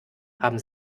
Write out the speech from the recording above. haben